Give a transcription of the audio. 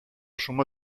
suma